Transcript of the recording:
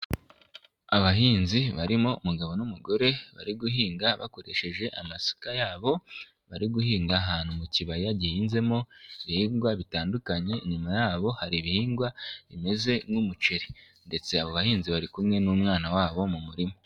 Abahinzi barimo umugabo n'umugore bari guhinga bakoresheje amasuka yabo bari guhinga ahantu mu kibaya gihinzemo ibihingwa bitandukanye, inyuma ya hari ibihingwa bimeze nk'umuceri ndetse abo bahinzi bari kumwe n'umwana wabo mu murima.